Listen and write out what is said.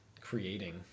creating